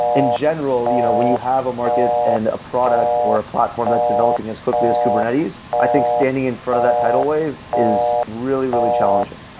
in general, you know when you have a market and a product, or a platform that's developing as quickly as kubernetes, i think standing in front of that title wave is really, really challenging.